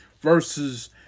versus